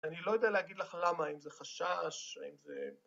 ‫אני לא יודע להגיד לך למה, ‫האם זה חשש, האם זה...